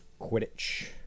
Quidditch